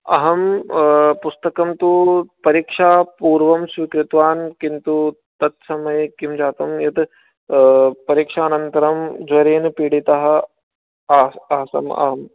अहं पुस्तकं तु परिक्षात् पूर्वं स्वीकृतवान् किन्तु तत्समये किं जातम यत् परिक्षानन्तरं ज्वरेन पीडितः आस आसम् अहं